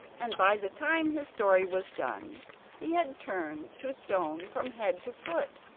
and by the time his story was done he had turned to stone from head to foot.